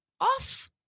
off